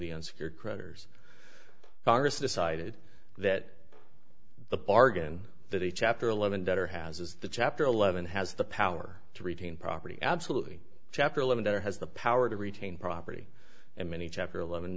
unsecured creditors congress decided that the bargain that a chapter eleven debtor has is the chapter eleven has the power to retain property absolutely chapter eleven or has the power to retain property and many chapter eleven